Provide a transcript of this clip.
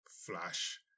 flash